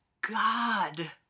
God